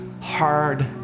hard